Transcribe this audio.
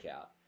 out